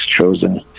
chosen